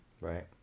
right